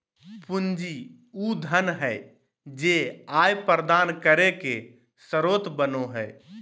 पूंजी उ धन हइ जे आय प्रदान करे के स्रोत बनो हइ